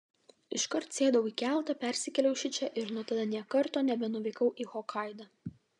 iškart sėdau į keltą persikėliau šičia ir nuo tada nė karto nebenuvykau į hokaidą